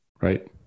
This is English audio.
Right